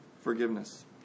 forgiveness